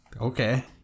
Okay